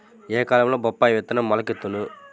ఏ కాలంలో బొప్పాయి విత్తనం మొలకెత్తును?